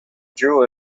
drew